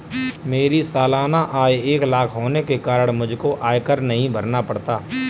मेरी सालाना आय एक लाख होने के कारण मुझको आयकर नहीं भरना पड़ता